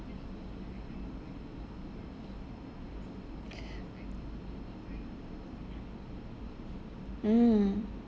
mm